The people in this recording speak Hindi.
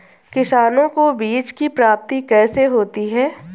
किसानों को बीज की प्राप्ति कैसे होती है?